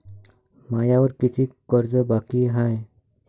मायावर कितीक कर्ज बाकी हाय?